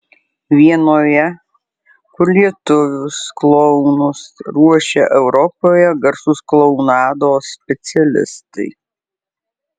vienoje kur lietuvius klounus ruošia europoje garsūs klounados specialistai